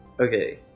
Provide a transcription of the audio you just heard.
Okay